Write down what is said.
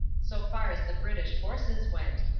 so far as the british forces went,